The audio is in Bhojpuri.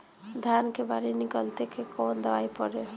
धान के बाली निकलते के कवन दवाई पढ़े?